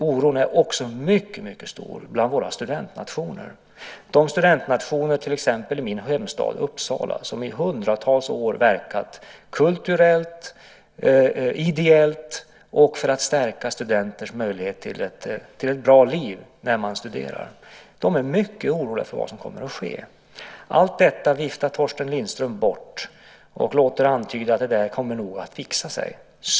Oron är också mycket, mycket stor bland våra studentnationer. De studentnationer i till exempel min hemstad Uppsala som i hundratals år verkat kulturellt, ideellt och för att stärka studenters möjligheter till ett bra liv när man studerar är mycket oroliga för vad som kommer att ske. Allt detta viftar Torsten Lindström bort och låter antyda att det där kommer nog att fixa sig.